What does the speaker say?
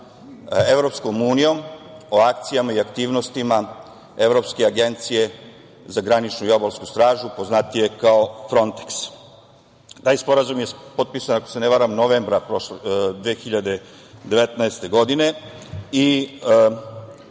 Sporazum sa EU, o akcijama i aktivnostima Evropske agencije za graničnu i obalsku stražu, poznatije kao Fronteks. Taj sporazum je potpisan ako se ne varam novembra prošle 2019. godine i